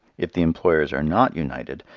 if the employers are not united,